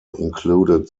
included